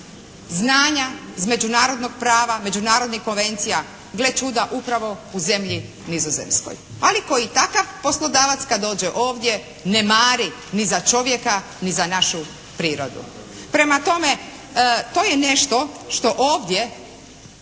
znanja iz međunarodnog prava, međunarodnih konvencija, gle čuda upravo u zemlji Nizozemskoj, ali koji takav poslodavac kad dođe ovdje ne mari ni za čovjeka ni za našu prirodu. Prema tome, to je nešto što ovdje